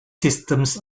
systems